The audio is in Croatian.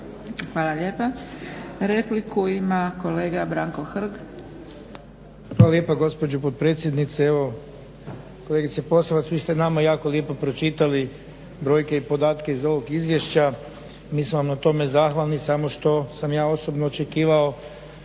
Hvala lijepa. Repliku ima kolega Branko Hrg. **Hrg, Branko (HSS)** Hvala lijepa gospođo potpredsjednice. Evo, kolegice Posavac vi ste nama jako lijepo pročitali brojke i podatke iz ovog izvješća, mi smo vam na tome zahvalni samo što sam ja osobno očekivao